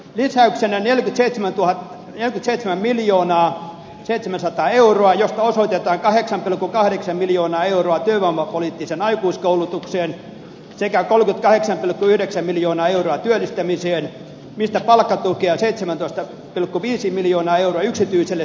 rysäyksen eli seitsemäntuhatta ja seitsemän miljoonaa seitsemänsataa euroa josta osoitetta kaheksan kahdeksan miljoonaa euroa työvoimapoliittiseen aikuiskoulutukseen sekä ekologicaixa yhdeksän miljoonaa euroa työllistämiseen mikä alkaa kulkea seitsemäntoista pilkku viisi miljoonaa ja yksityiselle